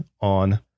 on